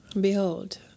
behold